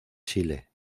chile